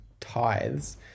tithes